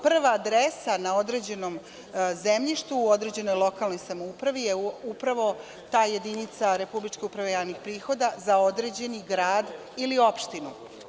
Prva adresa na određenom zemljištu u određenoj lokalnoj samoupravi je upravo ta jedinica Republičke uprave javnih prihoda za određeni grad ili opštinu.